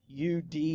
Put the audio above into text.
UD